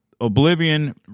Oblivion